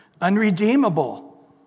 unredeemable